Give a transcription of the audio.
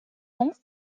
ans